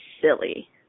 silly